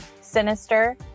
sinister